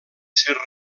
ser